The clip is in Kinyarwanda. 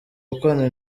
gukorana